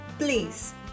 Please